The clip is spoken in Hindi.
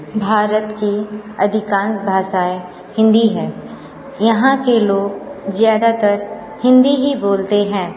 भारत की अधिकांश भाषाएँ हिंदी है यहाँ के लोग ज़्यादातर हिंदी ही बोलते हैं